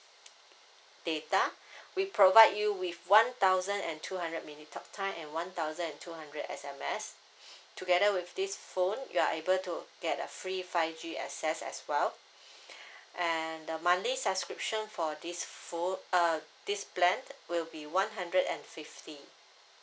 data we provide you with one thousand and two hundred minute talk time and one thousand and two hundred S_M_S together with this phone you are able to get a free five G access as well and the monthly subscription for this phone uh this plan will be one hundred and fifty